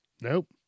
Nope